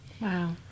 wow